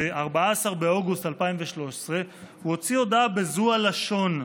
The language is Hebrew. ב-14 באוגוסט 2013, הוא הוציא הודעה בזו הלשון: